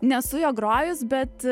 nesu jo grojus bet